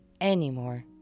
anymore